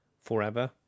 forever